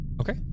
Okay